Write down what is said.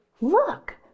Look